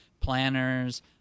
planners